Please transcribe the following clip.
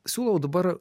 siūlau dabar